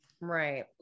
Right